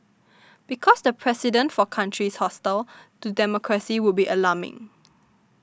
because the precedent for countries hostile to democracy would be alarming